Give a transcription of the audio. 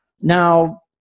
Now